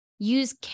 use